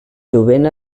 jovent